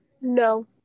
no